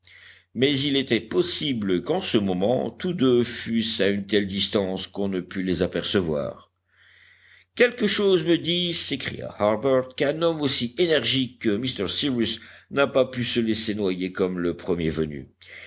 mais il était possible qu'en ce moment tous deux fussent à une telle distance qu'on ne pût les apercevoir quelque chose me dit s'écria harbert qu'un homme aussi énergique que m cyrus n'a pas pu se laisser noyer comme le premier venu